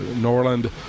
Norland